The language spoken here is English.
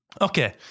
Okay